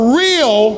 real